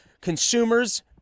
consumers